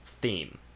theme